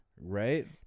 Right